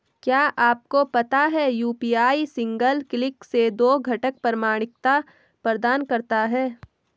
क्या आपको पता है यू.पी.आई सिंगल क्लिक से दो घटक प्रमाणिकता प्रदान करता है?